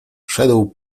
szedł